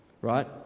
right